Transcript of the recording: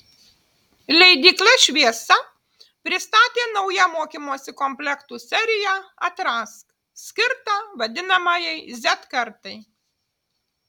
leidykla šviesa pristatė naują mokymosi komplektų seriją atrask skirtą vadinamajai z kartai